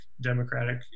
Democratic